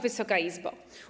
Wysoka Izbo!